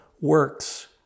works